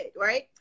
right